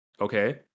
Okay